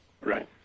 Right